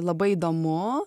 labai įdomu